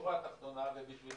בשורה התחתונה ובשביל